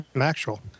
actual